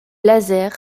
laser